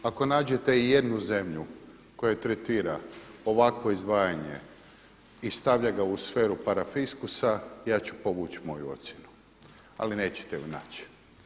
Ako nađete i jednu zemlju koja tretira ovakvo izdvajanje i stavlja ga u sferu parafiskusa ja ću povući moju ocjenu ali nećete ju naći.